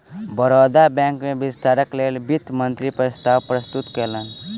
Baroda bank में विस्तारक लेल वित्त मंत्री प्रस्ताव प्रस्तुत कयलैन